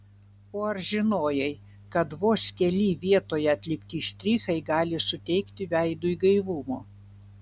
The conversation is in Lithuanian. o ar žinojai kad vos keli vietoje atlikti štrichai gali suteikti veidui gaivumo